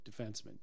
defenseman